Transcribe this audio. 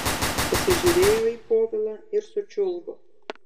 pasižiūrėjo į povilą ir sučiulbo